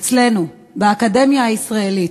אצלנו, באקדמיה הישראלית.